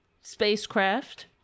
spacecraft